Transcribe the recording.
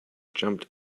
jumped